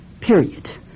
Period